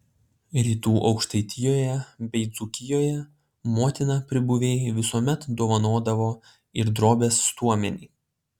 rytų aukštaitijoje bei dzūkijoje motina pribuvėjai visuomet dovanodavo ir drobės stuomenį